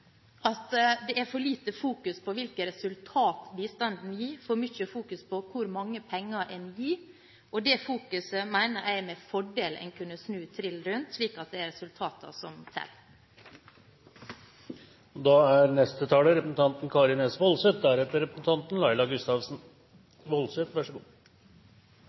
Det er for lite fokus på hvilke resultater bistanden gir, og for mye fokus på hvor mange penger man gir. Det mener jeg en med fordel kunne snu trill rundt, slik at det er resultatene som teller. Først til representanten Svein Roald Hansen, som hevder at jeg er